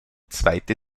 zweite